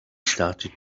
started